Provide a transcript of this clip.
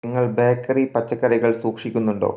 നിങ്ങൾ ബേക്കറി പച്ചക്കറികൾ സൂക്ഷിക്കുന്നുണ്ടോ